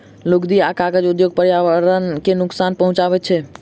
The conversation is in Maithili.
लुगदी आ कागज उद्योग पर्यावरण के नोकसान पहुँचाबैत छै